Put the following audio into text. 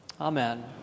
Amen